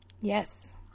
Yes